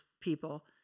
people